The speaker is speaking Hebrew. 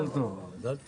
מזל טוב.